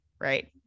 right